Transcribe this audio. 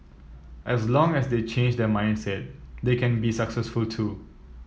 as long as they change their mindset they can be successful too